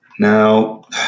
Now